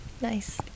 nice